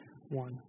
one